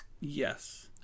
Yes